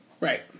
Right